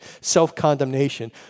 self-condemnation